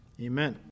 Amen